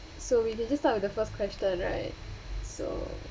so we j~ just start with the first question right so